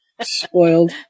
Spoiled